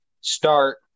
start